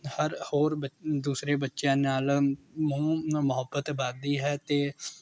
ਪਰ ਹੋਰ ਬੱ ਦੂਸਰੇ ਬੱਚਿਆਂ ਨਾਲ ਮੋਹ ਮੁਹੱਬਤ ਵੱਧਦੀ ਹੈ ਅਤੇ